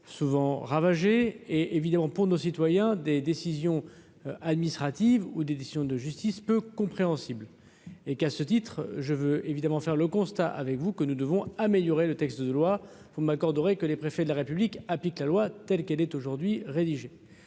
souvent ravagée et évidemment pour nos citoyens, des décisions administratives ou d'édition de justice peu compréhensible et qu'à ce titre, je veux évidemment faire le constat avec vous que nous devons améliorer le texte de loi, vous m'accorderez que les préfets de la République applique la loi telle qu'elle est aujourd'hui rédigé,